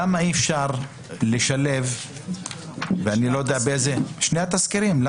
למה אי אפשר לשלב את שני התסקירים?